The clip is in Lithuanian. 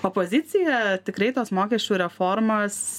opozicija tikrai tos mokesčių reformos